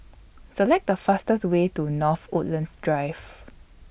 Select The fastest Way to North Woodlands Drive